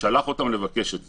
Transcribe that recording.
שלח אותם לבקש את זה.